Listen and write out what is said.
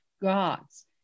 gods